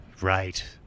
Right